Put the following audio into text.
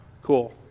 cool